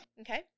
Okay